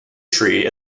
tree